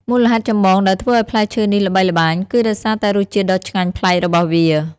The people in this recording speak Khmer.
មូលហេតុចម្បងដែលធ្វើឱ្យផ្លែឈើនេះល្បីល្បាញ គឺដោយសារតែរសជាតិដ៏ឆ្ងាញ់ប្លែករបស់វា។